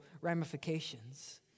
ramifications